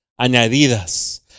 añadidas